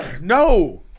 No